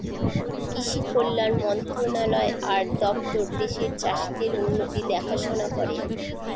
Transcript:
কৃষি কল্যাণ মন্ত্রণালয় আর দপ্তর দেশের চাষীদের উন্নতির দেখাশোনা করে